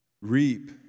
reap